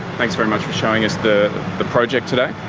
thanks very much for showing us the project today.